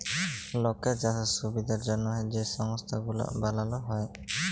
লকের চাষের সুবিধার জ্যনহে যে সংস্থা গুলা বালাল হ্যয়